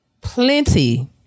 plenty